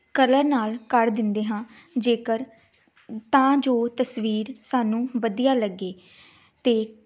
colour ਨਾਲ ਕਰ ਦਿੰਦੇ ਹਾਂ ਜੇਕਰ ਤਾਂ ਜੋ ਤਸਵੀਰ ਸਾਨੂੰ ਵਧੀਆ ਲੱਗੇ ਅਤੇ